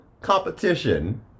competition